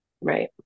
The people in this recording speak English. Right